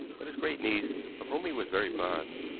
but his great-niece, of whom he was very fond,